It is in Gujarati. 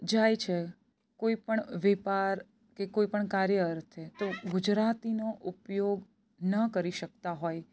જાય છે કોઈ પણ વેપાર કે કોઈ પણ કાર્ય અર્થે તો ગુજરાતીનો ઉપયોગ ન કરી શકતા હોય